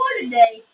today